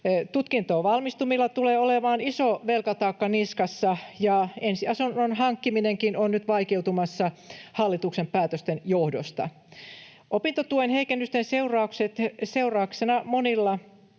Tutkintoon valmistuvilla tulee olemaan iso velkataakka niskassaan, ja ensiasunnon hankkiminenkin on nyt vaikeutumassa hallituksen päätösten johdosta. Opintotuen heikennysten seurauksena monilla